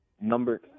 number